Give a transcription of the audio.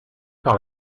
par